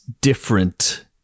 different